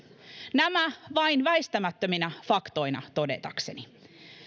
nämä vain väistämättöminä faktoina todetakseni